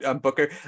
Booker